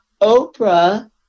Oprah